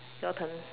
your turn